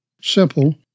Simple